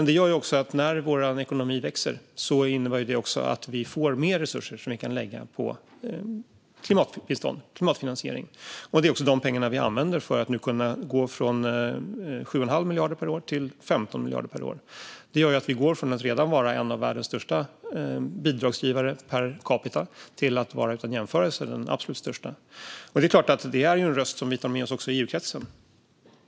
Det innebär också att när vår ekonomi växer så får vi mer resurser som vi kan lägga på klimatbistånd och klimatfinansiering. Det är de pengarna vi använder för att nu kunna gå från 7 1⁄2 miljarder per år till 15 miljarder per år. Det gör att vi går från att redan vara en av världens största bidragsgivare per capita till att vara den utan jämförelse absolut största. Det är en röst som vi också tar med oss i EU-kretsen.